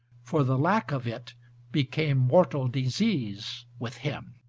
for the lack of it became mortal disease with him.